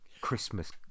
Christmas